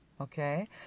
okay